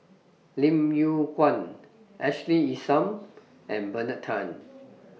Lim Yew Kuan Ashley Isham and Bernard Tan